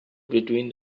between